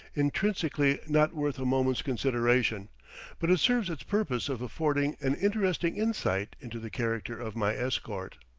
intrinsically not worth a moment's consideration but it serves its purpose of affording an interesting insight into the character of my escort.